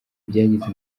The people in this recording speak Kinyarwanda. byagize